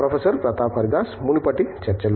professor Pratap Haridas మునుపటి చర్చలో